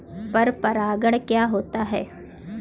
पर परागण क्या होता है?